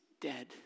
dead